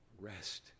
Rest